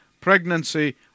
pregnancy